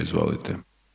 Izvolite.